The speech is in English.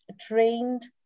trained